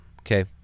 okay